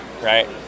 right